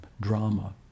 drama